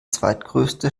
zweitgrößte